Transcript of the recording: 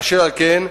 אשר על כן,